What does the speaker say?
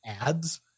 ads